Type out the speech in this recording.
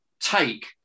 take